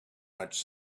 much